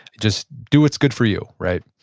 just do what's good for you, right?